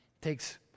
takes